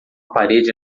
parede